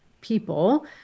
people